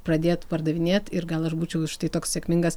pradėt pardavinėt ir gal aš būčiau štai toks sėkmingas